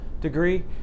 degree